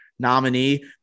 nominee